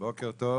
בוקר טוב